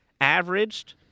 averaged